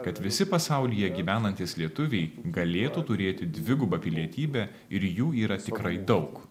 kad visi pasaulyje gyvenantys lietuviai galėtų turėti dvigubą pilietybę ir jų yra tikrai daug